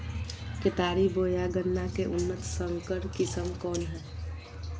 केतारी बोया गन्ना के उन्नत संकर किस्म कौन है?